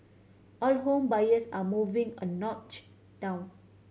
all home buyers are moving a notch down